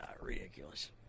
ridiculous